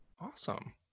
Awesome